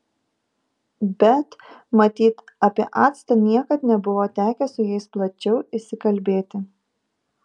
bet matyt apie actą niekad nebuvo tekę su jais plačiau išsikalbėti